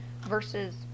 versus